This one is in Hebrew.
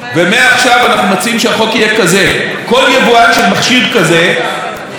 יבואן של מכשיר כזה יוכל להשתמש בהגדרת היצרן,